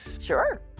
Sure